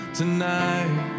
tonight